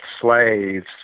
slaves